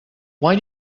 why